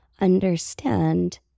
understand